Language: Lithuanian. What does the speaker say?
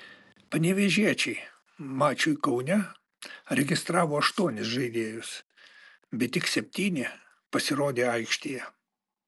panevėžiečiai mačui kaune registravo aštuonis žaidėjus bet tik septyni pasirodė aikštėje